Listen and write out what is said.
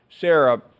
Sarah